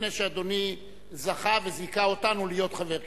לפני שאדוני זכה וזיכה אותנו להיות חבר כנסת.